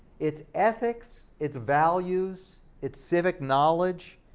it's ethics, it's values, it's civic knowledge,